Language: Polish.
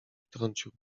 wtrącił